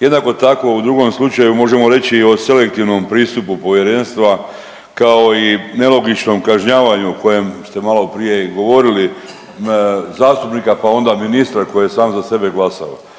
Jednako tako, u drugom slučaju možemo reći o selektivnom pristupu Povjerenstva i kao nelogičnom kažnjavanju kojem ste maloprije i govorili, zastupnika pa onda i ministra koji je sam za sebe glasao.